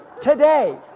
today